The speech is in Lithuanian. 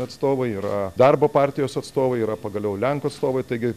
atstovai yra darbo partijos atstovai yra pagaliau lenkų atstovai taigi